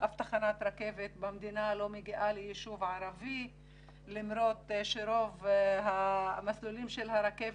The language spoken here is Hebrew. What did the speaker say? אף תחנת רכבת במדינה לא מגיעה לישוב ערבי למרות שרוב המסלולים של הרכבת,